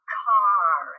car